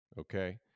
Okay